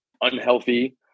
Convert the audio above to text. unhealthy